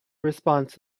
response